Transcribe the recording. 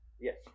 Yes